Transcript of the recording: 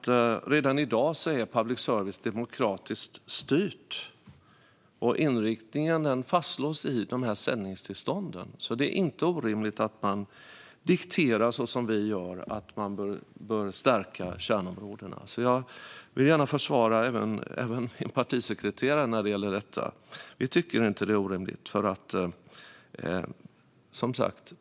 Redan i dag är public service demokratiskt styrt, och inriktningen fastslås i sändningstillstånden. Det är alltså inte orimligt att, som vi gör, diktera att man bör stärka kärnområdena. Jag vill gärna försvara min partisekreterare när det gäller detta. Vi tycker inte att det är orimligt.